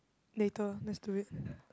later let's do it